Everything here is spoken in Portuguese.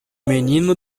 menino